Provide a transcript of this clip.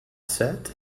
set